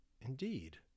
Indeed